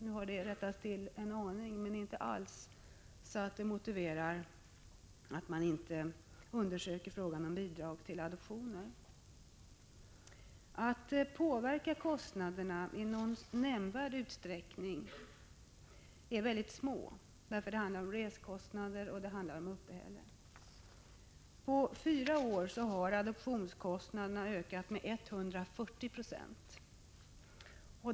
Nu har dollarkursen förbättrats en aning, men inte alls i den utsträckning att det motiverar att man inte undersöker frågan om bidrag till adoptioner. Möjligheterna att påverka kostnaderna i nämnvärd utsträckning är mycket 93 små, eftersom det rör sig om kostnader för resor och uppehälle. På fyra år har adoptionskostnaderna ökat med 140 96.